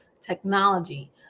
technology